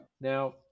Now